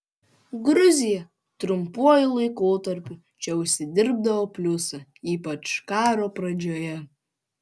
gruzija trumpuoju laikotarpiu čia užsidirbdavo pliusų ypač karo pradžioje